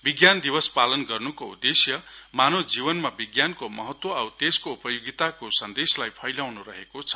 विज्ञान दिवस पालन गर्नुको उद्देश्य मानव जीवनमा विज्ञानको महत्व औ त्यसको उपयोगिताको सन्देशलाई फैलाउँनु रहेके छ